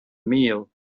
meal